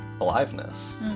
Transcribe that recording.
aliveness